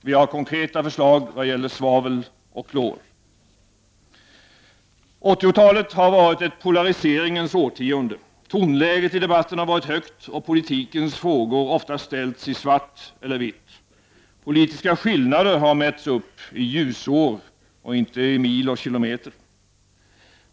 Vi har konkreta förslag i vad gäller svavel och klor. 80-talet har varit ett polariseringens årtionde. Tonläget i debatten har varit högt, och politikens frågor har ofta ställts i svart eller vitt. Politiska skillnaler har mätts upp i ljusår och inte i mil och kilometer.